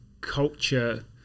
culture